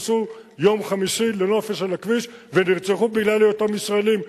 נסעו ביום חמישי לנופש על הכביש ונרצחו בגלל היותם ישראלים,